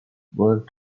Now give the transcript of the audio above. world